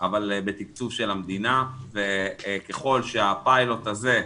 אבל בתקצוב של המדינה, וככל שהפיילוט הזה,